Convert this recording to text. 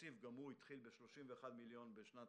התקציב התחיל ב-31 מיליון שקלים בשנת